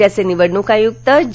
राज्याचे निवडणूक आयुक्त ज